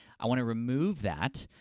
i want to remove that,